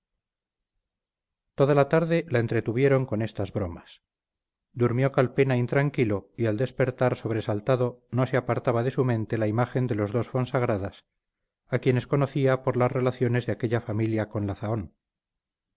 aviraneta toda la tarde la entretuvieron con estas bromas durmió calpena intranquilo y al despertar sobresaltado no se apartaba de su mente la imagen de los dos fonsagradas a quienes conocía por las relaciones de aquella familia con la zahón